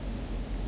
有没有这样多